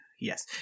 yes